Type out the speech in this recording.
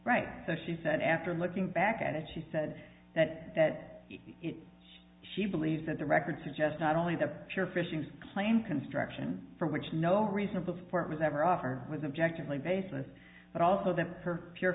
right now she said after looking back at it she said that that it she believes that the record suggests not only the sheer fishings claim construction for which no reasonable support was ever offer was objecting only basis but also that her p